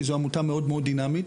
כי זו עמותה מאוד מאוד דינמית.